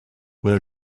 will